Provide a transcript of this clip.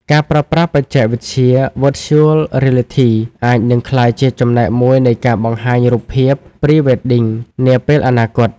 ការប្រើប្រាស់បច្ចេកវិទ្យា Virtual Reality អាចនឹងក្លាយជាចំណែកមួយនៃការបង្ហាញរូបភាព Pre-wedding នាពេលអនាគត។